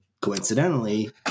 coincidentally